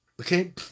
Okay